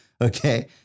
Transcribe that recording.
Okay